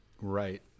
Right